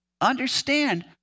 understand